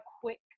quick